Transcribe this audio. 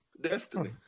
destiny